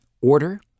order